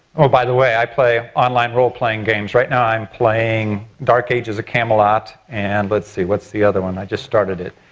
oh by the way i play online role playing games. right now i'm playing dark ages of camelot and lets see, what's the other one i just started it.